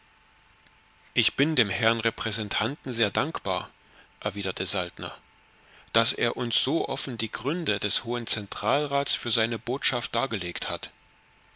ich bin dem herrn repräsentanten sehr dankbar erwiderte saltner daß er uns so offen die gründe des hohen zentralrats für seine botschaft dargelegt hat